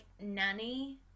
nanny